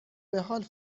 بحال